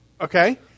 okay